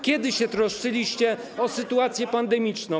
Kiedy się troszczyliście o sytuację pandemiczną?